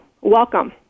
Welcome